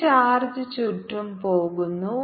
ഈ ചാർജ് ചുറ്റും പോകുന്നു